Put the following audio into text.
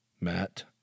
Matt